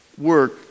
work